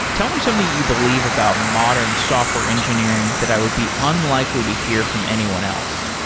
tell me something that you believe about modern software engineering that i would be unlikely to hear from anyone else